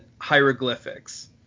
hieroglyphics